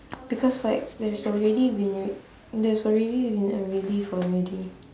because like there's already been r~ there's already been a relief already